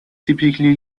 typically